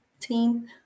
team